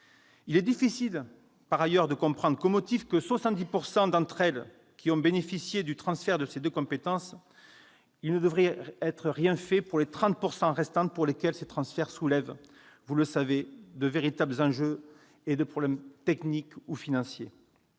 il est difficile de comprendre qu'au motif que 70 % d'entre elles ont déjà bénéficié du transfert de ces deux compétences, rien ne devrait être fait pour les 30 % restantes, pour lesquelles ces transferts soulèvent, vous le savez, de véritables enjeux et des problèmes d'ordre technique et financier.